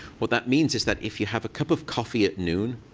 what that means is that if you have a cup of coffee at noon,